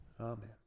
Amen